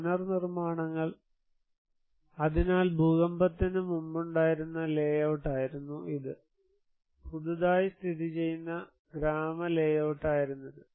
പുനർനിർമ്മാണങ്ങൾ അതിനാൽ ഭൂകമ്പത്തിന് മുമ്പുണ്ടായിരുന്ന ലേയൌട്ട് ആയിരുന്നു ഇത് പുതുതായി സ്ഥിതിചെയ്യുന്ന ഗ്രാമ ലേയൌ ട്ടായിരുന്നു ഇത്